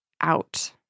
out